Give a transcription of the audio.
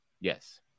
Yes